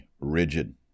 rigid